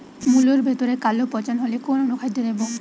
মুলোর ভেতরে কালো পচন হলে কোন অনুখাদ্য দেবো?